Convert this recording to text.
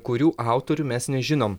kurių autorių mes nežinom